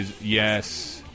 Yes